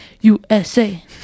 USA